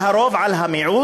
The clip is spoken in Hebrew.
שתלטנות של הרוב על המיעוט,